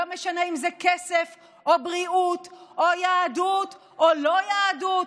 לא משנה אם זה כסף או בריאות או יהדות או לא יהדות,